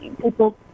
people